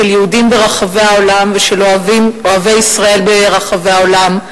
של יהודים ברחבי העולם ושל אוהבי ישראל ברחבי העולם,